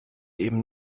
eben